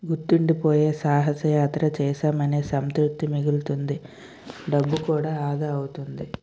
గుర్తుండిపోయే సాహస యాత్ర చేసామనే సంతృప్తి మిగులుతుంది డబ్బు కూడా ఆదా అవుతుంది